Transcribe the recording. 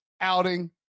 outing